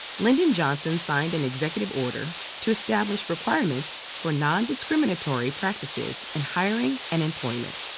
lyndon johnson signed an executive order to establish requirements for nondiscriminatory practices in hiring and employment.